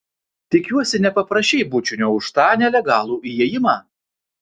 tikiuosi nepaprašei bučinio už tą nelegalų įėjimą